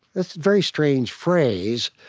that's a very strange phrase,